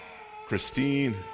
Christine